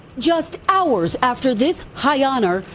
just hours after this high honor,